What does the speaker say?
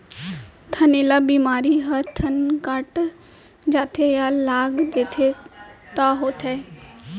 थनैला बेमारी ह थन कटा जाथे या लाग देथे तौ होथे